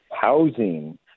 housing